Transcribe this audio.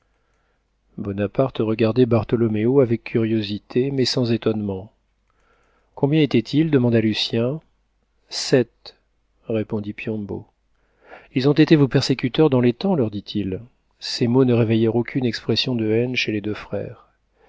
bonaparte regardait bartholoméo avec curiosité mais sans étonnement combien étaient-ils demanda lucien sept répondit piombo ils ont été vos persécuteurs dans les temps leur dit-il ces mots ne réveillèrent aucune expression de haine chez les deux frères